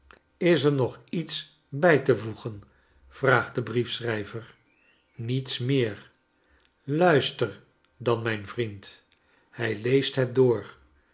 is er nog iets bij te voegen vraagt de briefschrij ver niets meer luister dan myn vriend hij leest het door